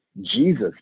jesus